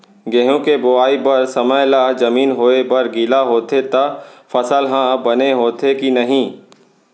गेहूँ के बोआई बर समय ला जमीन होये बर गिला होथे त फसल ह बने होथे की नही?